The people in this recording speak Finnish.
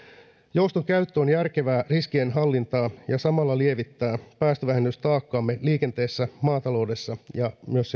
jouston käyttö on järkevää riskienhallintaa ja samalla lievittää päästövähennystaakkaamme liikenteessä maataloudessa ja myös